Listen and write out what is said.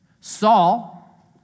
Saul